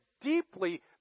deeply